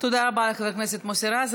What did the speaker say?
תודה רבה לחבר הכנסת מוסי רז.